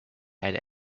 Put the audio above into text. had